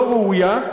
לא ראויה,